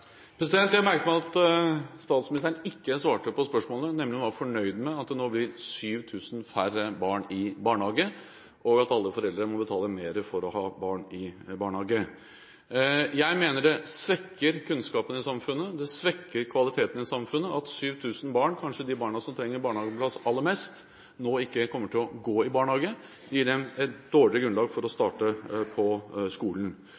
Jeg merket meg at statsministeren ikke svarte på spørsmålet, nemlig om hun var fornøyd med at det nå blir 7 000 færre barn i barnehage, og at alle foreldre må betale mer for å ha barn i barnehage. Jeg mener det svekker kunnskapen i samfunnet. Det svekker kvaliteten i samfunnet at 7 000 barn, kanskje de barna som trenger barnehageplass aller mest, nå ikke kommer til å gå i barnehage. Det gir dem et dårligere grunnlag for å starte på skolen.